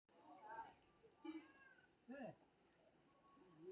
सूक्ष्म ऋण स्वरोजगार कें बढ़ावा दै छै